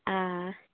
ꯑꯥ